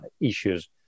issues